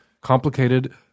Complicated